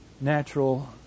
natural